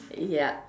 ya